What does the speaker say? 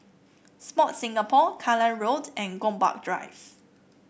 Sport Singapore Kallang Road and Gombak Drive